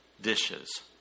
dishes